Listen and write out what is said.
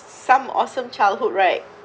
some awesome childhood right